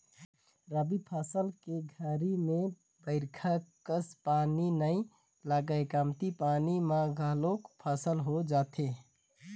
रबी फसल के घरी में बईरखा कस पानी नई लगय कमती पानी म घलोक फसल हो जाथे